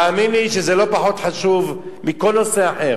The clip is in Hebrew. תאמין לי שזה לא פחות חשוב מכל נושא אחר.